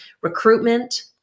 recruitment